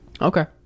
okay